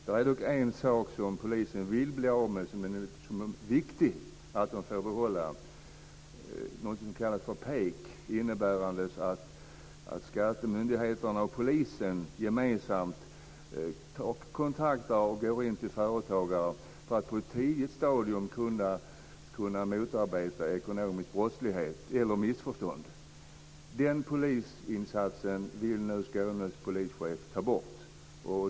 Det är dock en sak som polisen vill bli av med, men som det är viktigt att de får behålla, nämligen något som kallas för PEK, innebärande att skattemyndigheterna och polisen gemensamt kontaktar företagare för att på ett tidigt stadium kunna motarbeta ekonomisk brottslighet eller missförstånd. Denna polisinsats vill nu Skånes länspolischef ta bort.